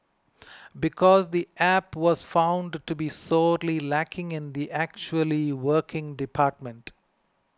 because the App was found to be sorely lacking in the actually working department